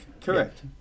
correct